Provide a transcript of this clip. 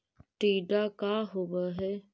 टीडा का होव हैं?